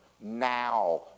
now